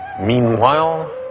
Meanwhile